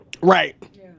Right